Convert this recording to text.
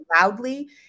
loudly